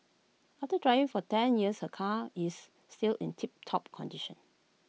after driving for ten years her car is still in tiptop condition